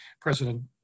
President